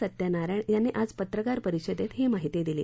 सत्यनारायण यांनी आज पत्रकार परिषदेत ही माहिती दिली